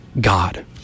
God